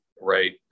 right